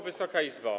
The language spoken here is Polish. Wysoka Izbo!